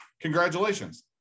Congratulations